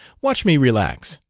watch me relax.